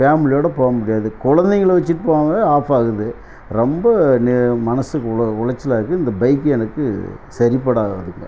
ஃபேமிலியோட போக முடியாது குழந்தைங்கள வச்சுட்டு போகும்போதே ஆஃப் ஆகுது ரொம்ப மனசுக்கு உ உளைச்சலாக இருக்கு இந்த பைக்கு எனக்கு சரிப்படாது